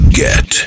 get